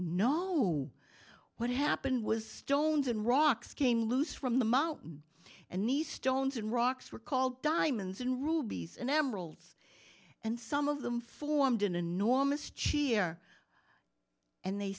no what happened was stones and rocks came loose from the mountain and nice stones and rocks were called diamonds and rubies and emeralds and some of them formed an enormous cheer and they